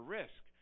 risk